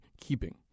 keeping